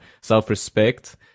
self-respect